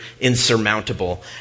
insurmountable